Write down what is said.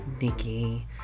Nikki